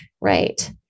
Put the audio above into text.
right